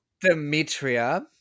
Demetria